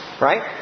right